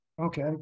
Okay